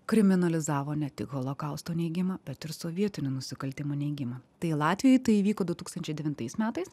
kriminalizavo ne tik holokausto neigimą bet ir sovietinių nusikaltimų neigimą tai latvijoj tai įvyko du tūkstančiai devintais metais